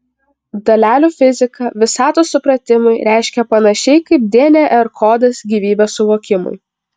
dalelių fizika visatos supratimui reiškia panašiai kaip dnr kodas gyvybės suvokimui